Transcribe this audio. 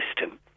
system